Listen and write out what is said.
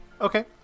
okay